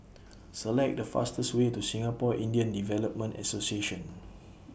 Select The fastest Way to Singapore Indian Development Association